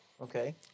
okay